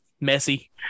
messy